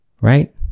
Right